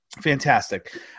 fantastic